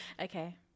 Okay